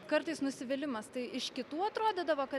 kartais nusivylimas tai iš kitų atrodydavo kad